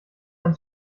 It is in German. ein